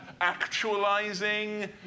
actualizing